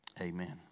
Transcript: Amen